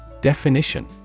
Definition